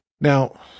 Now